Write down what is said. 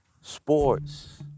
sports